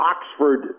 Oxford